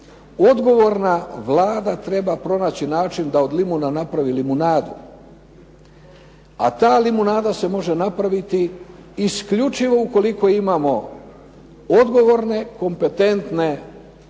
odgovorna Vlada treba pronaći način da od limuna napravi limunadu, a ta limunada se može napraviti isključivo ukoliko imamo odgovorne, kompetentne vlade